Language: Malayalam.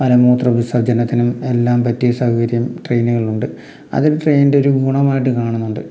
മലമൂത്ര വിസ്സർജനത്തിനും എല്ലാം പറ്റിയ സൗകര്യം ട്രെയിനുകളിലുണ്ട് അതരു ട്രെയിൻ്റെ ഒരു ഗുണമായിട്ട് കാണുന്നുണ്ട്